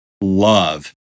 love